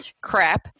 crap